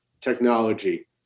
technology